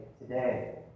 today